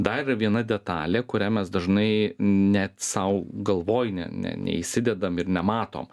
dar yra viena detalė kurią mes dažnai net sau galvoj ne ne neįsidedam ir nematom